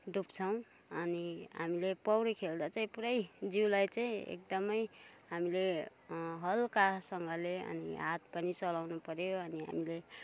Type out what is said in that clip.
डुब्छौँ अनि हामीले पौडी खेल्दा चाहिँ पुरै जिउलाई चाहिँ एकदमै हामीले हल्कासँगले अनि हात पनि चलाउनुपऱ्यो अनि हामीले